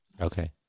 okay